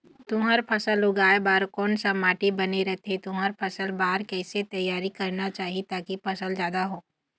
तुंहर फसल उगाए बार कोन सा माटी बने रथे तुंहर फसल बार कैसे तियारी करना चाही ताकि फसल जादा हो?